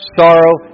sorrow